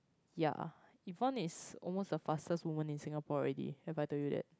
ya Yvonne is almost the fastest woman in Singapore already have I told you that